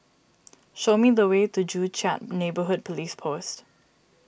show me the way to Joo Chiat Neighbourhood Police Post